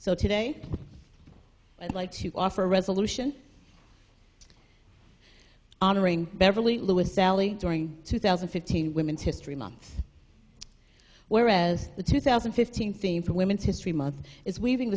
so today i'd like to offer a resolution honoring beverly lewis sally during two thousand and fifteen women's history month whereas the two thousand and fifteen theme for women's history month is weaving the